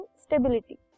stability